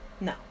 No